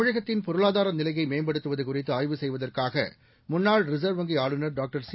தமிழகத்தின் பொருளாதார நிலையை மேம்படுத்துவது குறித்து ஆய்வு செய்வதற்காக முன்னாள் ரிசர்வ் வங்கி ஆளுநர் டாக்டர் சி